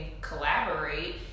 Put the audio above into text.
collaborate